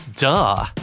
duh